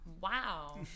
wow